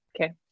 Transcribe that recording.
okay